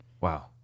Wow